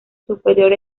superior